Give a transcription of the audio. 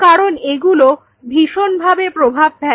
কারণ এগুলো ভীষণভাবে প্রভাব ফেলে